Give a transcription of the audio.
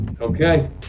Okay